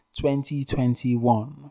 2021